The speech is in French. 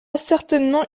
certainement